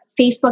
Facebook